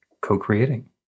co-creating